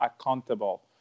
accountable